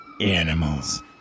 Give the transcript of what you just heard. animals